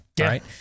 right